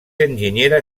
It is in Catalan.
enginyera